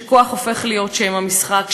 שכוח הופך להיות שם המשחק,